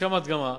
לשם הדגמה,